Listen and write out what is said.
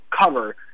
cover